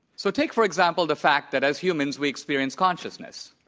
so take, for example, the fact that as humans weexperience consciousness.